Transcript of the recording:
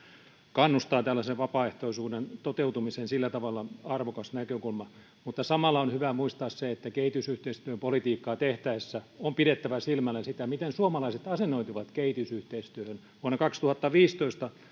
kannustaa tällaisen vapaaehtoisuuden toteutumiseen sillä tavalla arvokas näkökulma mutta samalla on hyvä muistaa se että kehitysyhteistyöpolitiikkaa tehtäessä on pidettävä silmällä sitä miten suomalaiset asennoituvat kehitysyhteistyöhön vuonna kaksituhattaviisitoista